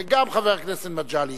וגם חבר הכנסת מגלי יקבל,